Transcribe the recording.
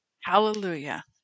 Hallelujah